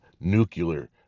nuclear